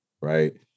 Right